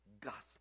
gospel